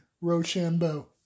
Rochambeau